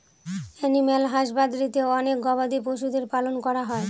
animal হাসবাদরীতে অনেক গবাদি পশুদের পালন করা হয়